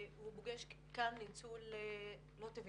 והוא פוגש כאן ניצול לא טבעי.